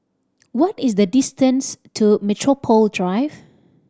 what is the distance to Metropole Drive